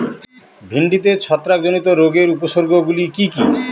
ভিন্ডিতে ছত্রাক জনিত রোগের উপসর্গ গুলি কি কী?